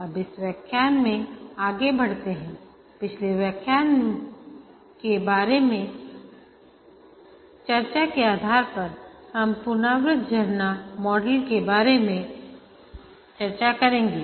अब इस व्याख्यान में आगे बढ़ते हैंपिछले व्याख्यान के बारे में चर्चा के आधार पर हम पुनरावृत्त झरना मॉडल के बारे में चर्चा करेंगे